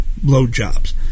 blowjobs